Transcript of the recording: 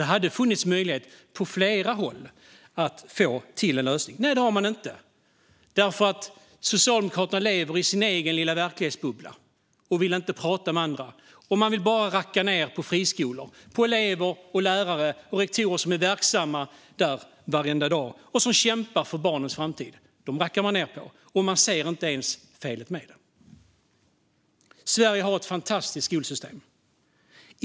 Det hade funnits möjlighet - på flera håll - att få till en lösning. Man har dock inte gjort det, för Socialdemokraterna lever i sin egen lilla verklighetsbubbla och vill inte prata med andra. Man vill bara racka ned på friskolor. Elever, lärare och rektorer som är verksamma där varenda dag och som kämpar för barnens framtid rackar man ned på, och man ser inte ens felet med det. Sverige har ett fantastiskt skolsystem.